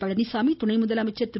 பழனிச்சாமி துணை முதலமைச்சர் திரு